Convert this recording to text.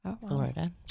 Florida